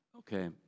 Okay